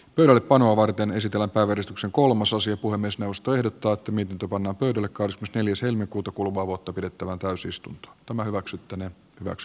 nallepanoa varten esitellä päivystyksen kolmososiopuhemiesneuvosto ehdottaatte miten tukon ehdokas mikäli sen kutu kuluvaa vuotta pidettävän pääsystä tämä hyväksyttäneen max